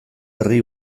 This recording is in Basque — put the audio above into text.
herri